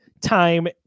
time